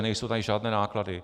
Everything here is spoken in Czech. Nejsou tady žádné náklady.